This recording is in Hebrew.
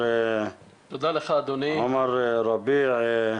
עומאר רביע,